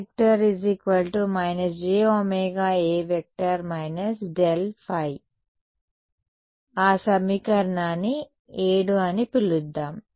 E jω A− ∇ ϕ ఆ సమీకరణాన్ని 7 అని పిలుద్దాం